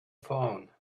phone